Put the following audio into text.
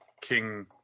King